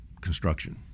construction